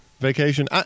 vacation